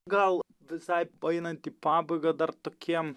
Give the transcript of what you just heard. gal visai paeinant į pabaigą dar tokiem